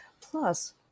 Plus